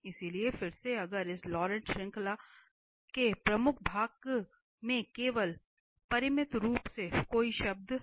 इसलिए फिर से अगर इस लॉरेंट श्रृंखला के प्रमुख भाग में केवल परिमित रूप से कई शब्द हैं